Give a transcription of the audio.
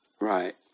Right